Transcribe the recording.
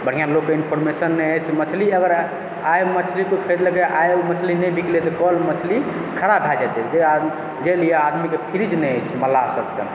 बढ़िआँ लोककेँ इन्फॉमेशन नहि अछि मछली अगर आइ मछलीके अगर आइ ओ मछली नहि बिकेलय फेर कल मछली खराब भए जेतय जाहि लिए आदमीके फ्रिज नहि अछि मल्लाह सभकेँ